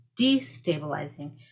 destabilizing